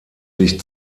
sich